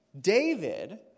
David